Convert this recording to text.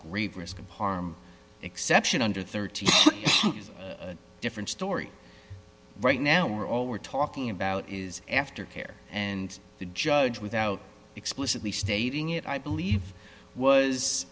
grave risk of harm exception under thirteen different story right now we're all we're talking about is after care and the judge without explicitly stating it i believe was